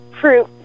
fruit